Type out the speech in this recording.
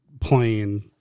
playing